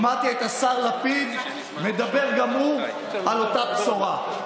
שמעתי את השר לפיד מדבר גם הוא על אותה בשורה.